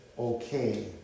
Okay